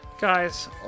guys